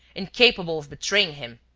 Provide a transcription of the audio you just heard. incapable of betraying him.